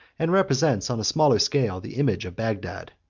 and represents on a smaller scale the image of bagdad.